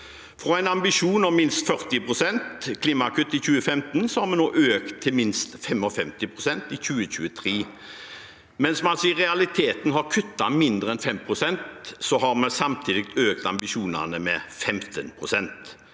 Fra en ambisjon om minst 40 pst. klimakutt i 2015 har vi nå økt til minst 55 pst. i 2023. Mens man altså i realiteten har kuttet mindre enn 5 pst., har vi samtidig økt ambisjonene med 15 pst.